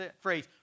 phrase